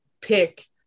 pick